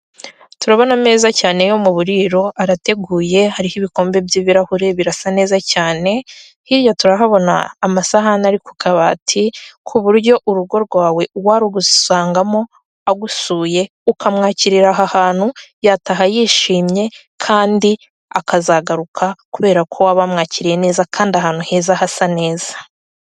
Turabona ameza cyane yo mu buriro, arateguye, hariho ibikombe by'ibirahure, birasa neza cyene, hirya turahabona amasahane ari ku kabati ku buryo urugo rwawe uwarugusangamo agusuye, ukamwakirira aha hantu yataha ishimye, kandi akazagaruka kubera ko waba wamwakiriye neza kandi ahantu heza hasa neza.